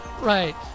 Right